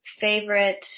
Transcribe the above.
favorite